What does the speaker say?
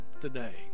today